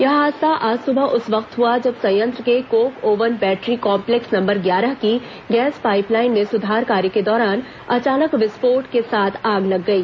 यह हादसा आज सुबह उस वक्त हुआ जब संयंत्र के coke oven battery complex number ग्यारह की गैस पाईप लाईन में सुधार कार्य के दौरान अचानक विस्फोट के साथ आग लग गई